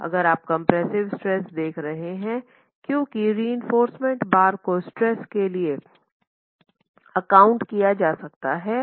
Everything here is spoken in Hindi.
अगर आप कंप्रेसिव स्ट्रेस देख रहे हैं क्योंकि रीइन्फोर्समेंट बार को स्ट्रेस के लिए अकाउंट किया जा सकता है